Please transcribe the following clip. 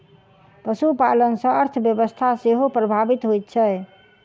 पशुपालन सॅ अर्थव्यवस्था सेहो प्रभावित होइत छै